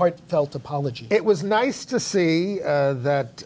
heart felt apology it was nice to see that